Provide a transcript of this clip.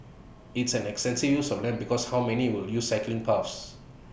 it's an extensive use of land because how many will use cycling paths